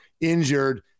injured